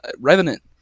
Revenant